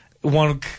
one